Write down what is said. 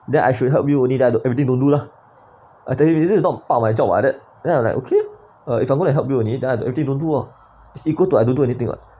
then I should help you only then I everything don't do lah I tell you this is not part of my job at it then I'm like okay ah if I'm gonna help you only then I don't do lah it's equal to I don't do anything [what]